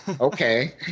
okay